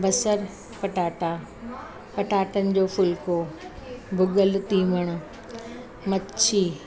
बसरु पटाटा पटाटनि जो फुल्को भुॻल तीवण मछी